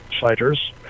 fighters